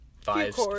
five